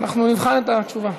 נבחן את התשובה.